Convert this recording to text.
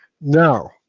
now